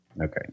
Okay